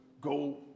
go